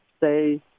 say